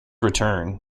return